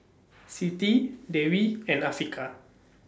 Siti Dewi and Afiqah